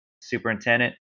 superintendent